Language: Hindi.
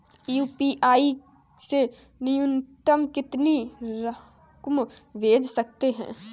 यू.पी.आई से न्यूनतम कितनी रकम भेज सकते हैं?